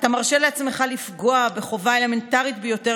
אתה מרשה לעצמך לפגוע בחובה אלמנטרית ביותר